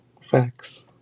Facts